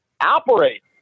Operate